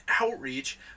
outreach